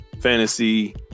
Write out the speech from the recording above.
fantasy